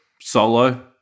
solo